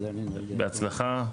בהצלחה.